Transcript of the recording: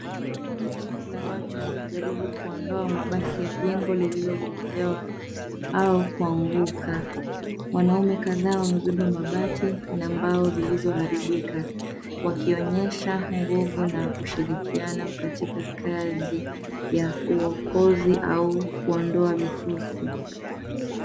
Kundi la watu wakijaribu kuondoa mabaki ya jengo lililobomolewa au kuanguka. Wanaume kadhaa wamebeba mabati na mbao zilizoharibika wakionyesha nguvu na ushirikiano katika kazi ya uokozi au kuondoa vifusi.